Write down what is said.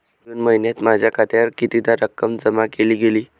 जून महिन्यात माझ्या खात्यावर कितीदा रक्कम जमा केली गेली?